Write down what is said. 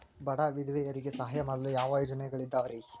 ಬಡ ವಿಧವೆಯರಿಗೆ ಸಹಾಯ ಮಾಡಲು ಯಾವ ಯೋಜನೆಗಳಿದಾವ್ರಿ?